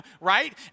right